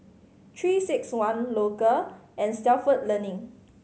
Three Six One Loacker and Stalford Learning